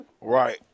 Right